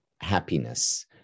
happiness